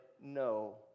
no